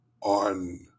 on